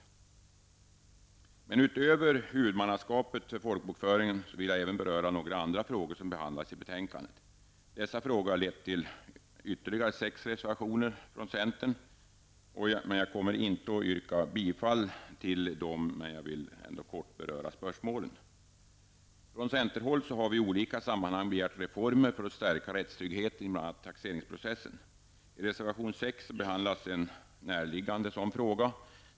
Utöver frågan om huvudmannaskapet för folkbokföring vill jag även beröra några andra frågor som behandlas i betänkandet. Dessa frågor har lett till ytterligare sex reservationer från centern. Jag kommer inte att yrka bifall till dessa, men jag vill kort beröra några av spörsmålen. Från centerhåll har vi i olika sammanhang begärt reformer för att stärka rättstryggheten i bl.a. taxeringsprocessen. I reservation 6 behandlas en närliggande fråga.